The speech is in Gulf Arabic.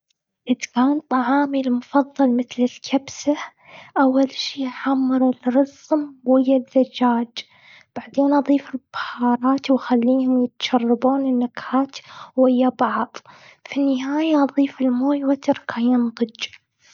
إتقان طعامي المفضل، مثل: الكبسه. أول شي، أحمر الرز ويا الدجاج. بعدين أضيف البهارات، واخليهم يتشربون النكهات ويا بعض. في النهاية، أضيف الماء واتركه ينضج.